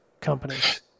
companies